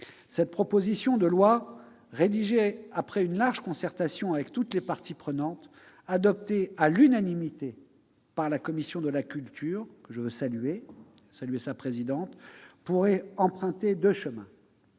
Cette proposition de loi, rédigée après une large concertation avec toutes les parties prenantes, adoptée à l'unanimité par la commission de la culture, dont je salue la présidente, pourrait emprunter deux chemins.